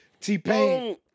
T-Pain